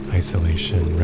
isolation